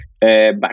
Back